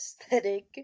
aesthetic